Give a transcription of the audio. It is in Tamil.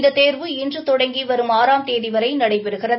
இந்த தேர்வு இன்று தொடங்கி வரும் ஆறாம் தேதி நடைபெறுகிறது